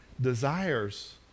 desires